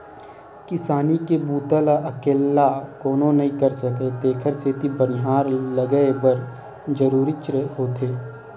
किसानी के बूता ल अकेल्ला कोनो नइ कर सकय तेखर सेती बनिहार लगये बर जरूरीच होथे